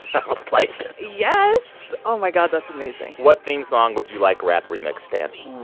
i was playing this yes. oh, my god. that's amazing what theme song would you like rap-remixed, dan? oh,